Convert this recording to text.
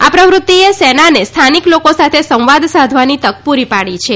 આ પ્રવૃત્તિએ સેનાને સ્થાનિક લોકો સાથે સંવાદ સાધવાની તક પૂરી પાડી છે